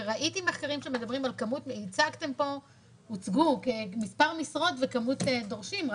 וראיתי מחקרים שמדברים על כמות והוצגו מספר משרות וכמות דורשים,